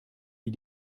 wie